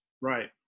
Right